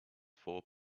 four